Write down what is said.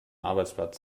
arbeitsplatz